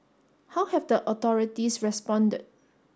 how have the authorities responded